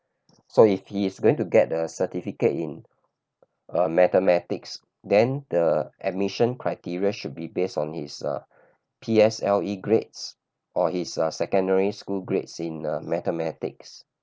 so if he is going to get the certificate in uh mathematics then the admission criteria should be based on his P_S_L_E grades or his secondary school grades in uh mathematics